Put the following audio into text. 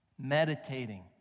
meditating